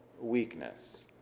weakness